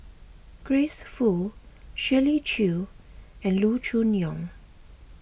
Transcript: Grace Fu Shirley Chew and Loo Choon Yong